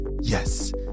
Yes